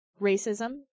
racism